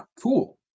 Cool